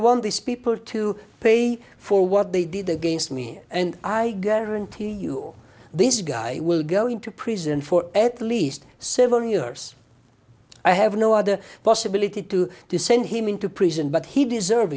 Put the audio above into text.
want these people to pay for what they did against me and i guarantee you this guy will go into prison for at least seven years i have no other possibility to to send him into prison but he deserve